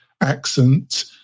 accent